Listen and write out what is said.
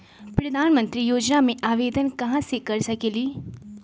प्रधानमंत्री योजना में आवेदन कहा से कर सकेली?